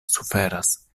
suferas